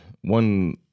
one